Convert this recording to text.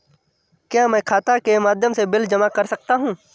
क्या मैं खाता के माध्यम से बिल जमा कर सकता हूँ?